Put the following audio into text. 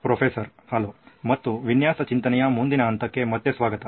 professor hello ಮತ್ತು ವಿನ್ಯಾಸ ಚಿಂತನೆಯ ಮುಂದಿನ ಹಂತಕ್ಕೆ ಮತ್ತೆ ಸ್ವಾಗತ